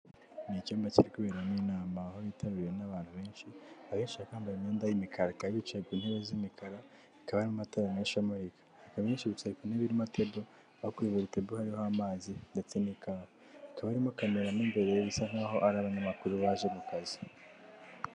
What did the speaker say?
Ni icyumba kiri kuberamo inama aho yitabiriwe n'abantu benshi, abenshi bakaba bambaye imyenda y'imikara, bakaba bicaye ku ntebe z'imikara hakaba hari n'amatara menshi amurika. Abeshi bicaye ku ntebe irimo tebo aho kuri buri tebo hariho amazi ndetse n'ikawa hakaba harimo camera mo imbere bisa nk'aho ari abanyamakuru baje ku kazi.